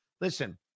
Listen